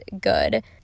good